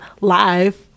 Live